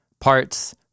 parts